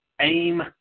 Aim